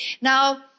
Now